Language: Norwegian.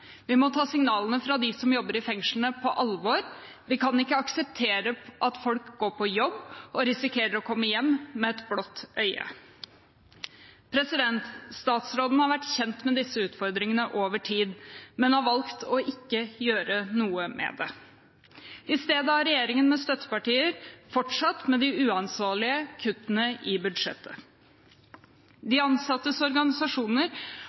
Vi må ta signalene fra dem som jobber i fengslene, på alvor. Vi kan ikke akseptere at folk går på jobb og risikerer å komme hjem med et blått øye. Statsråden har vært kjent med disse utfordringene over tid, men har valgt ikke å gjøre noe med det. I stedet har regjeringen med støttepartier fortsatt med de uansvarlige kuttene i budsjettet. De ansattes organisasjoner